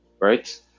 right